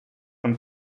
man